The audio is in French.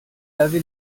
lavé